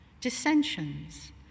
dissensions